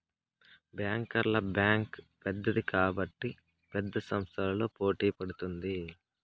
బ్యాంకర్ల బ్యాంక్ పెద్దది కాబట్టి పెద్ద సంస్థలతో పోటీ పడుతుంది